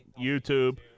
YouTube